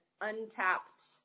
untapped